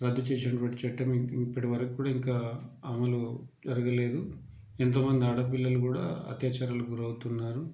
రద్దు చేసేటటువంటి చట్టము ఇప్పటివరకు కూడా ఇంకా అమలు జరగలేదు ఎంతోమంది ఆడపిల్లలు కూడా అత్యాచారాలకు గురవుతున్నారు